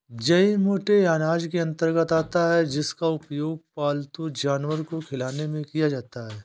जई मोटे अनाज के अंतर्गत आता है जिसका उपयोग पालतू जानवर को खिलाने में किया जाता है